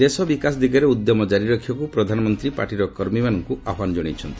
ଦେଶ ବିକାଶ ଦିଗରେ ଉଦ୍ୟମ କାରି ରଖିବାକୁ ପ୍ରଧାନମନ୍ତ୍ରୀ ପାର୍ଟିର କର୍ମୀମାନଙ୍କୁ ଆହ୍ୱାନ ଜଣାଇଛନ୍ତି